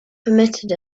permitted